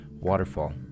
Waterfall